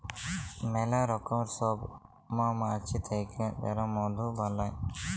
ম্যালা রকমের সব মমাছি থাক্যে যারা মধু বালাই